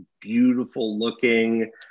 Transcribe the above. beautiful-looking